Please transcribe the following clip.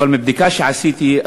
אבל מבדיקה שעשיתי,